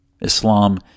Islam